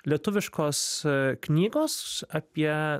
lietuviškos knygos apie